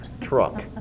truck